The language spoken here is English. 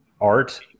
art